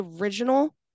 original